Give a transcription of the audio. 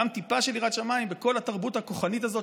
גם טיפה של יראת שמיים בכל התרבות הכוחנית הזאת